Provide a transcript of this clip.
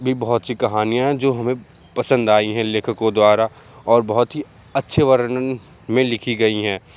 भी बहुत सी कहानियाँ हैं जो हमें पसंद आईं हैं लेखकों द्वारा और बहुत ही अच्छे वर्णन में लिखी गई हैं